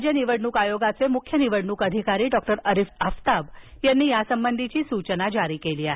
राज्य निवडणूक आयोगाचे मुख्य निवडणूक अधिकारी डॉक्टर अरिझ आफताब यांनी यासंबंधीची सूचना जारी केली आहे